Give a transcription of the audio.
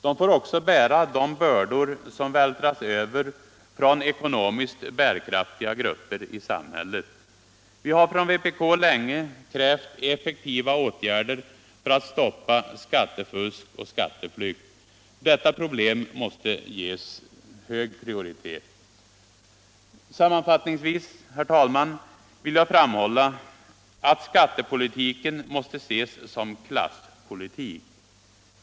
De får också bära de bördor som vältras över från ekonomiskt bärkraftiga grupper i samhället. Vi har från vpk länge krävt effektiva åtgärder för att stoppa skattefusk och skatteflvkt. Detta problem måste ges hög prioritet. Sammanfattningsvis vill jag framhålla, herr talman, att skattepolitiken måste ses som klasspolitik.